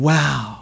Wow